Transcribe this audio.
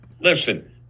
listen